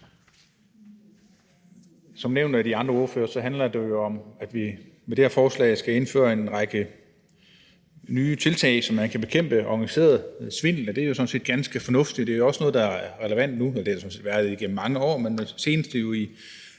Som nævnt af de andre ordførere handler det om, at vi med det her forslag skal indføre en række nye tiltag, så man kan bekæmpe organiseret svindel. Det er sådan set ganske fornuftigt, og det er også noget, der er relevant nu, og det har det sådan set været i